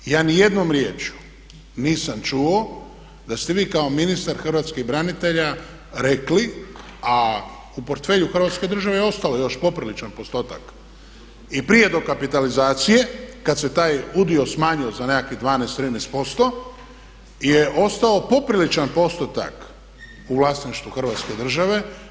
Ja ni jednom riječju nisam čuo da ste vi kao ministar Hrvatskih branitelja rekli, a u portfelju hrvatske države je ostalo još popriličan postotak i prije dokapitalizacije kad se taj udio smanjio za nekakvih 12, 13% je ostao popriličan postotak u vlasništvu hrvatske države.